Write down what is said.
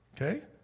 Okay